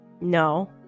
No